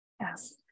Yes